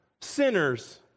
sinners